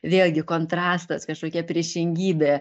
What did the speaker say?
vėlgi kontrastas kažkokia priešingybė